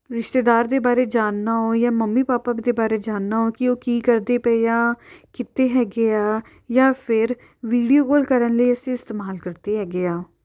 ਰਿਸ਼ਤੇਦਾਰ ਦੇ ਬਾਰੇ ਜਾਣਨਾ ਹੋ ਜਾਂ ਮੰਮੀ ਪਾਪਾ ਦੇ ਬਾਰੇ ਜਾਣਨਾ ਹੋ ਕਿ ਉਹ ਕੀ ਕਰਦੇ ਪਏ ਆ ਕਿਤੇ ਹੈਗੇ ਆ ਜਾਂ ਫਿਰ ਵੀਡੀਓ ਕੌਲ ਕਰਨ ਲਈ ਅਸੀਂ ਇਸਤੇਮਾਲ ਕਰਦੇ ਹੈਗੇ ਹਾਂ